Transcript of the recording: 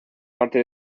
parte